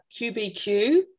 QBQ